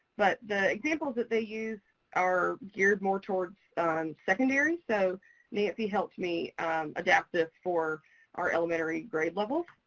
but the examples that they use are geared more towards secondary. so nancy helped me adapt this for our elementary grade level.